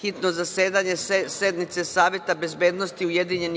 hitno zasedanje sednice Saveta bezbednosti UN,